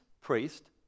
priest